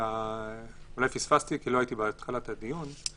אולי פספסתי כי לא הייתי בתחילת הדיון.